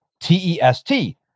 T-E-S-T